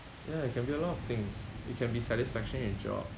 ya it can be a lot of things it can be satisfaction in a job